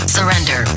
Surrender